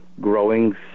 growing